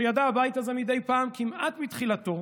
שידע הבית הזה מדי פעם כמעט מתחילתו,